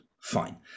fine